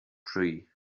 tree